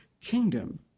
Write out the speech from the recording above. kingdom